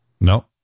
No